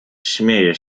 śmieje